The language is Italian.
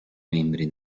membri